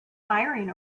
hiring